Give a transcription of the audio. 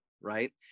right